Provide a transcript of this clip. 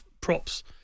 props